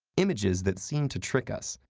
images that seem to trick us.